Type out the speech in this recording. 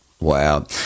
Wow